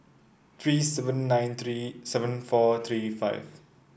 three seven nine three seven four three five